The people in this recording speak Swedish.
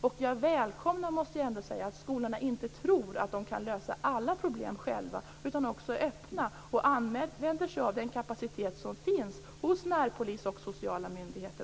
Jag välkomnar, det måste jag ändå säga, att skolorna inte tror att de kan lösa alla problem själva utan att de också är öppna och använder sig av den kapacitet som finns hos närpolis och sociala myndigheter.